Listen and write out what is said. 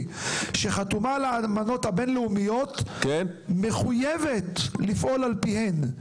שחתומה על האמנות הבין-לאומיות מחויבת לפעול על פיהן.